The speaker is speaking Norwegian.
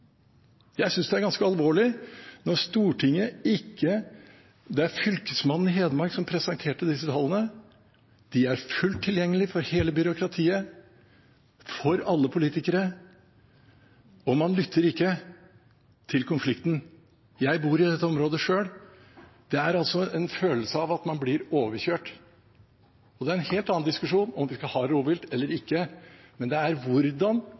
Jeg synes det er ganske alvorlig at det var Fylkesmannen i Hedmark som presenterte disse tallene. De er fullt tilgjengelige for hele byråkratiet, for alle politikere, og man lytter ikke til konflikten. Jeg bor i dette området selv. Man har en følelse av at man blir overkjørt. Det er en helt annen diskusjon om vi skal ha rovvilt eller ikke, dette dreier seg om hvordan vi behandler de menneskene som faktisk bærer kostnaden. Jeg må si at jeg er